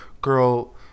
girl